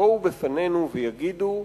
שיבואו בפנינו ויגידו: